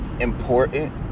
important